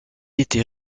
était